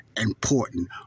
important